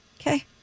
Okay